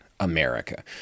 America